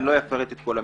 אני לא אפרט את כל המקרים.